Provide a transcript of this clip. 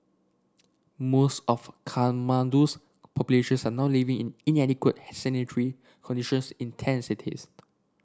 most of Kathmandu's populations are now living in inadequate sanitary conditions in tent cities